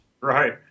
Right